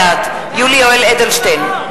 בעד יולי יואל אדלשטיין,